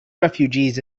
refugees